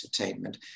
entertainment